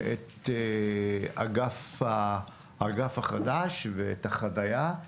את האגף החדש ואת החניה.